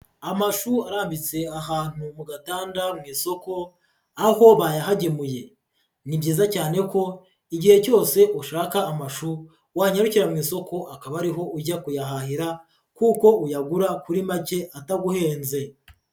Amashu arambitse ahantu mu gatanda mu isoko aho bayahagemuye, ni byiza cyane ko igihe cyose ushaka amashu wanyarukira mu isoko akaba ariho ujya kuyahahira kuko uyagura kuri make ataguhenze.